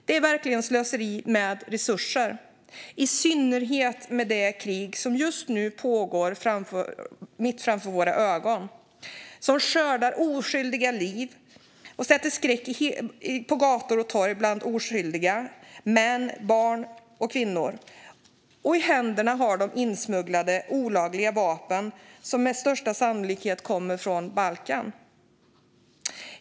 Det är verkligen slöseri med resurser, i synnerhet med det krig som just nu pågår mitt framför våra ögon, som skördar oskyldiga liv och som sprider skräck på gator och torg bland oskyldiga - män, barn och kvinnor. I händerna har dessa personer insmugglade, olagliga vapen som med största sannolikhet kommer från Balkan.